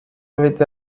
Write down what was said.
with